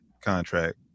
contract